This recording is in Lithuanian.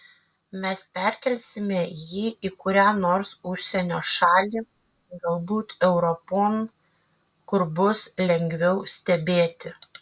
mes perkelsime jį į kurią nors užsienio šalį galbūt europon kur bus lengviau stebėti